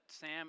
Sam